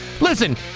Listen